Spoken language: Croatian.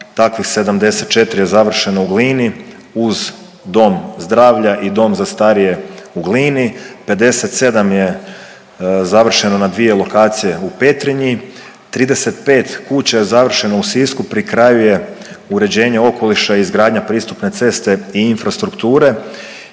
Takvih 74 je završeno u Glini uz dom zdravlja i dom za starije u Glini, 57 je završeno na dvije lokacije u Petrinji, 35 kuća je završeno u Sisku, pri kraju je uređenje okoliša i izgradnja pristupne ceste i infrastrukture